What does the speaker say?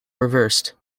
reversed